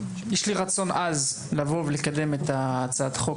שיש לי רצון עז לבוא ולקדם את הצעת החוק